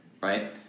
right